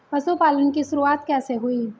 पशुपालन की शुरुआत कैसे हुई?